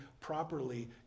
properly